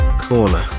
corner